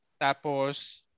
Tapos